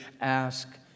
ask